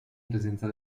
presenza